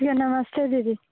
जी हाँ नमस्ते दीदी